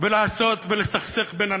לעשות ולסכסך בין אנשים,